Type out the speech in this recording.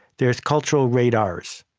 there's cultural radars.